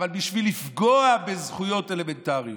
בשביל לפגוע בזכויות אלמנטריות.